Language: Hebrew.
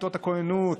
כיתות הכוננות,